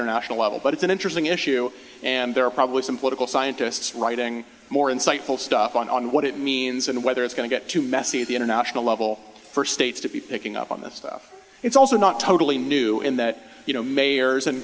international level but it's an interesting issue and there are probably some political scientists writing more insightful stuff on what it means and whether it's going to get too messy at the international level for states to be picking up on this stuff it's also not totally i'm new in that you know mayors and